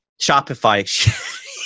Shopify